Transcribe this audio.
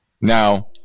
Now